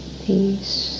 peace